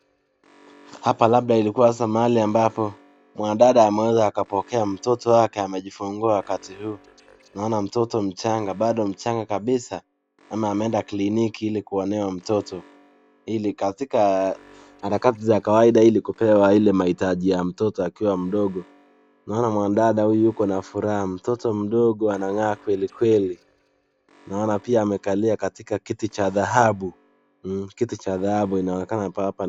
Hapa labda ilikuwa sasa mahali ambapo, mwanadada ameweza akapokea mtoto wake amejifungua wakati huu, naona mtoto mchanga bado mchanga kabisa, ama ameenda kliniki ili kuonewa mtoto, ili katika harakati za kawaida ili kupewa ile mahitaji ya mtoto akiwa mdogo, naona mwanadada huyu yuko na furaha mtoto mdogo anang'aa kwelikweli, naona pia amekalia katika kiti cha dhahabu, mhhh, kiti cha dhahabu inaonekana pa hapa ...